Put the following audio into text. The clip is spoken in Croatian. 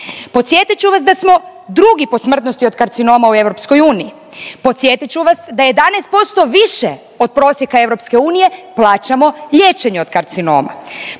Podsjetit ću vas da smo drugi po smrtnosti od karcinoma u EU, podsjetit ću vas da 11% više od prosjeka EU plaćamo liječenje od karcinoma.